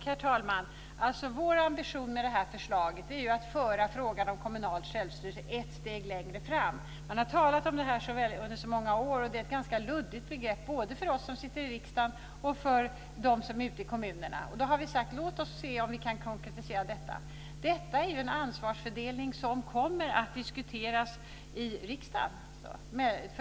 Herr talman! Vår ambition med det här förslaget är att föra frågan om kommunalt självstyrelse ett steg längre fram. Man har talat om det här under så många år, och det är ett ganska luddigt begrepp både för oss som sitter i riksdagen och för dem som är ute i kommunerna. Då har vi sagt: Låt oss se om vi kan konkretisera det. Detta är en ansvarsfördelning som kommer att diskuteras i riksdagen.